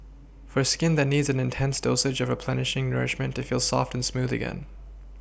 for skin that needs an intense dose of replenishing nourishment to feel soft and smooth again